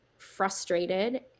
frustrated